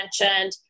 mentioned